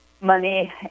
money